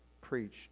preached